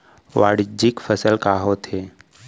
वाणिज्यिक फसल का होथे?